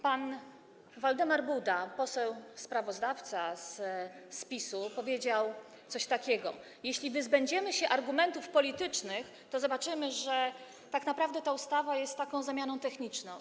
Pan Waldemar Buda, poseł sprawozdawca z PiS-u, powiedział coś takiego: jeśli wyzbędziemy się argumentów politycznych, to zobaczymy, że tak naprawdę ta ustawa jest taką zamianą techniczną.